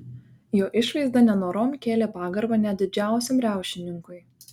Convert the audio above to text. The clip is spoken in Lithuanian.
jo išvaizda nenorom kėlė pagarbą net didžiausiam riaušininkui